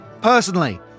personally